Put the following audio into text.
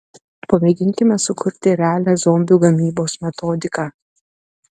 pamėginkime sukurti realią zombių gamybos metodiką